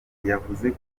yavuze